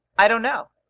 i don't know.